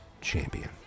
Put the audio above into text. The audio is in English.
champion